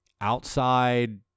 outside